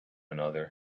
another